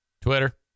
Twitter